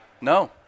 no